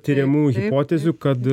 tiriamų hipotezių kad